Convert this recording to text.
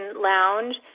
lounge